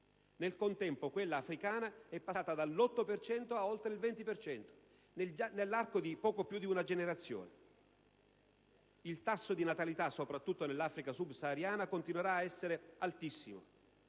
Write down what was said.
nel contempo, quella africana è passata dall'8 per cento a oltre il 20 per cento nell'arco di poco più di una generazione. Il tasso di natalità, soprattutto nell'Africa sub-sahariana, continuerà a essere altissimo